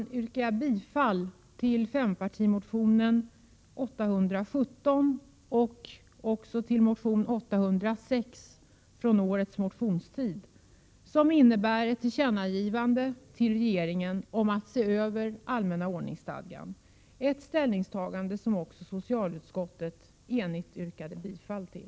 Jag yrkar därför bifall till fempartimotionen 1986/87:Ju817 och till motion Ju806 från årets motionstid, vilka innebär ett tillkännagivande till regeringen om att allmänna ordningsstadgan måste ses över — ett ställningstagande som också socialutskottet enigt yrkat bifall till.